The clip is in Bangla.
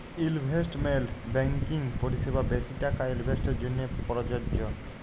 ইলভেস্টমেল্ট ব্যাংকিং পরিসেবা বেশি টাকা ইলভেস্টের জ্যনহে পরযজ্য